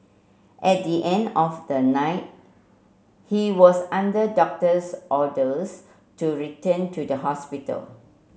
at the end of the night he was under doctor's orders to return to the hospital